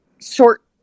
short